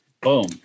Boom